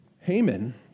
Haman